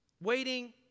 Waiting